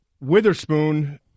Witherspoon